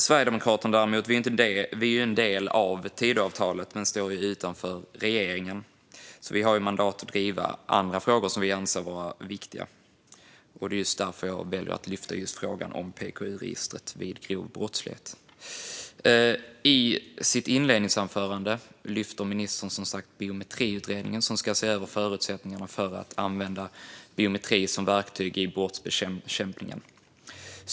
Sverigedemokraterna är en del av Tidöavtalet, men vi står utanför regeringen. Vi har därför mandat att driva andra frågor som vi anser vara viktiga, och det är just därför jag har valt att lyfta upp frågan om PKUregistret vid grov brottslighet. I sitt inledningsanförande lyfte ministern fram Biometriutredningen, som ska se över förutsättningarna för att använda biometri som verktyg i brottsbekämpningen.